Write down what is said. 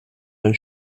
mein